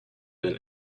been